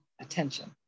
attention